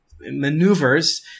maneuvers